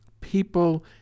People